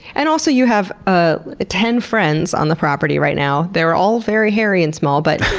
and also you have ah ah ten friends on the property right now. they're all very hairy and small, but,